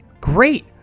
great